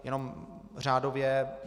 Jenom řádově.